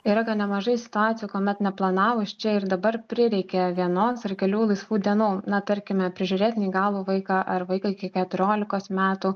yra gan nemažai situacijų kuomet neplanavus čia ir dabar prireikia vienos ar kelių laisvų dienų na tarkime prižiūrėt neįgalų vaiką ar vaiką iki keturiolikos metų